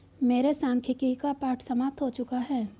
मेरे सांख्यिकी का पाठ समाप्त हो चुका है